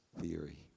theory